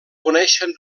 coneixen